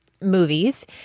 movies